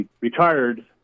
retired